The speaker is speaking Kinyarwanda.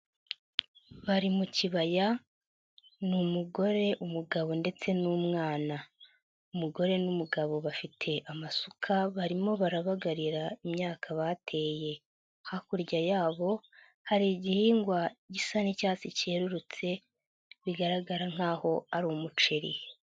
Bari mu kibaya n'umugore, umugabo ndetse n'umwana, umugore n'umugabo bafite amasuka barimo barabagarira imyaka bateye, hakurya yabo hari igihingwa gisa n'icyatsi cyerurutse bigaragara nk'aho ari umuceri.